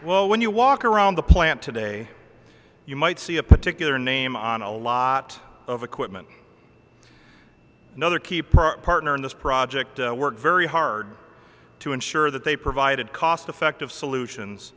well when you walk around the plant today you might see a particular name on a lot of equipment another key part partner in this project worked very hard to ensure that they provided cost effective solutions